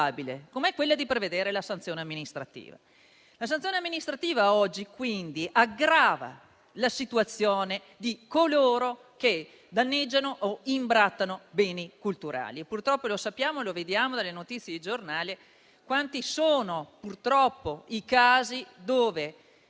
La sanzione amministrativa oggi quindi aggrava la posizione di coloro che danneggiano o imbrattano beni culturali e purtroppo sappiamo dalle notizie di giornale quanti sono i casi in